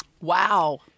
Wow